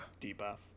debuff